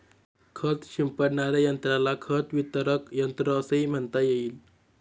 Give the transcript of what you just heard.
खत शिंपडणाऱ्या यंत्राला खत वितरक यंत्र असेही म्हणता येईल